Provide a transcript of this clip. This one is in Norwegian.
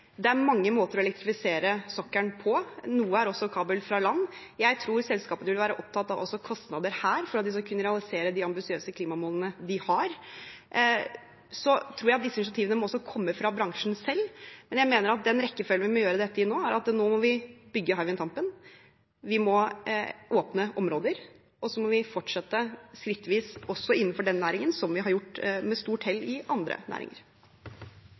Det er mange måter å elektrifisere sokkelen på, bl.a. også kabel fra land. Jeg tror selskapene også vil være opptatt av kostnader for at vi skal kunne realisere de ambisiøse klimamålene vi har. Jeg tror at disse initiativene også må komme fra bransjen selv. Jeg mener at den rekkefølgen vi må gjøre dette i nå, er å bygge Hywind Tampen, vi må åpne områder, og så må vi fortsette skrittvis også innenfor den næringen, som vi med stort hell har gjort i andre næringer.